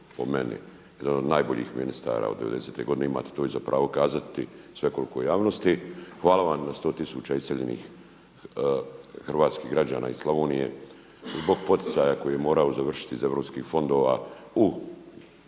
po meni, jedan od najboljih ministara od 1990. godine. Imate to i za pravo kazati svekolikoj javnosti. Hvala vam na 100 tisuća iseljenih hrvatskih građana iz Slavonije zbog poticaja koji je morao završiti iz europskih fondova u